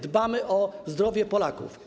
Dbamy o zdrowie Polaków.